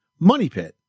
MONEYPIT